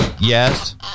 yes